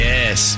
Yes